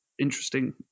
interesting